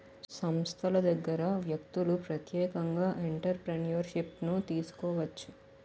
సంస్థల దగ్గర వ్యక్తులు ప్రత్యేకంగా ఎంటర్ప్రిన్యూర్షిప్ను తీసుకోవచ్చు